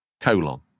colon